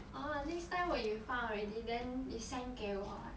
orh next time when you found already then 你 send 给我